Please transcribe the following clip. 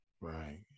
Right